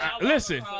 Listen